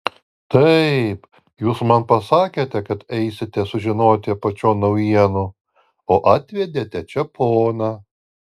taip jūs man pasakėte kad eisite sužinoti apačion naujienų o atvedėte čia poną